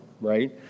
right